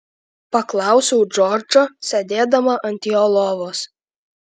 paklausiau džordžo sėdėdama ant jo lovos